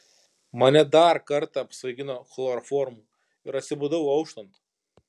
mane dar kartą apsvaigino chloroformu ir atsibudau auštant